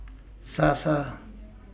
Sasa